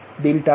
P22p P23p